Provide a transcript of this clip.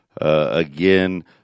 Again